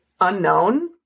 unknown